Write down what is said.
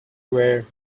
were